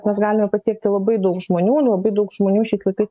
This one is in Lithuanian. mes galime pasiekti labai daug žmonių labai daug žmonių šiais laikais